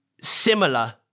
similar